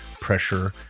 pressure